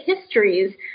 histories